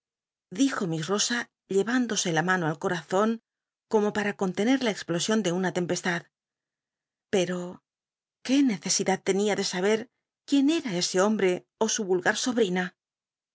dijo miss ll osa llcvtindose la mano al cornzon como para contener la e plosion de una tempestad pero qué necesidad ten ia de saber quién era ese hombreó su vulgar